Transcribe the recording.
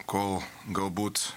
kol galbūt